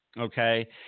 okay